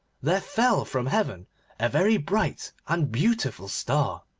there fell from heaven a very bright and beautiful star.